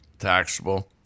taxable